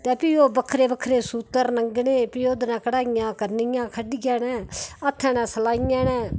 ते फ्ही ओह् बक्खरे बक्खरे सूतर रंगने फ्ही ओह् कढाइयां करनियां खड्ढियै कन्नै अपने हत्थें कन्नै सलाइया कन्नै